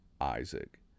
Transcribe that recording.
Isaac